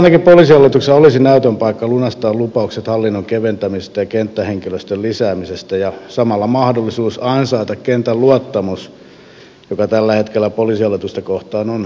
nyt ainakin poliisihallituksella olisi näytön paikka lunastaa lupaukset hallinnon keventämisestä ja kenttähenkilöstön lisäämisestä ja samalla mahdollisuus ansaita kentän luottamus joka tällä hetkellä poliisihallitusta kohtaan on hälyttävän alhainen